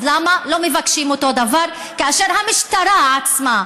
אז למה לא מבקשים אותו דבר כאשר המשטרה עצמה,